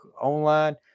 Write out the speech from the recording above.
online